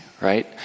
Right